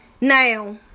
Now